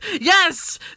Yes